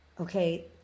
Okay